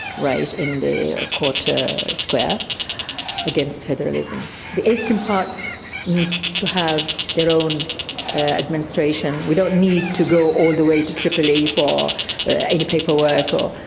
right, in the court square against federalism. the eastern parts need to have their own administration. we don't need to go all the way to tripoli for any paperwork, or,